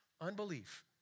unbelief